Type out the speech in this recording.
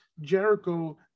Jericho